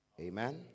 Amen